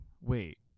wait